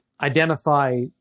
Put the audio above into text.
identify